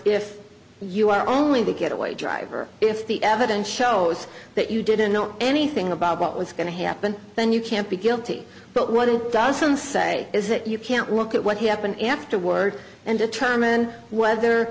if you are only the getaway driver if the evidence shows that you didn't know anything about what was going to happen then you can't be guilty but what it doesn't say is that you can't look at what happened afterward and determine whether